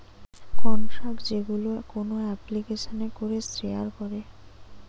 contact যেইগুলো কোন এপ্লিকেশানে করে শেয়ার করে